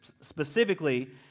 specifically